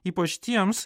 ypač tiems